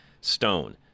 stone